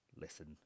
listen